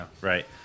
Right